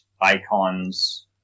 icons